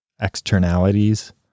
externalities